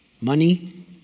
money